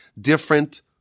different